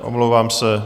Omlouvám se.